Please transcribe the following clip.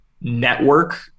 network